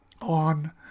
on